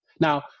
Now